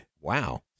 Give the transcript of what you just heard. Wow